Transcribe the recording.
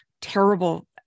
terrible